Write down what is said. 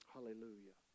Hallelujah